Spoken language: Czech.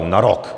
Na rok!